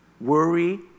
Worry